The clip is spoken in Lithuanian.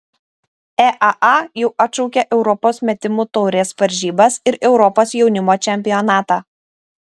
eaa jau atšaukė europos metimų taurės varžybas ir europos jaunimo čempionatą